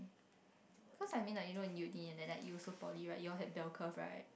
cause I mean like you know in Uni you also poly right you all have bell curve right